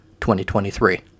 2023